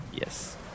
Yes